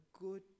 good